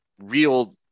real